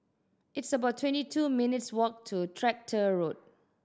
it's about twenty two minutes' walk to Tractor Road